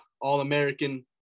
All-American